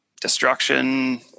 Destruction